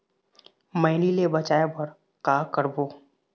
मैनी ले बचाए बर का का करबो?